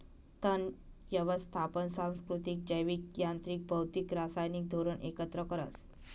तण यवस्थापन सांस्कृतिक, जैविक, यांत्रिक, भौतिक, रासायनिक धोरण एकत्र करस